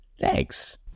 Thanks